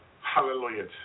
Hallelujah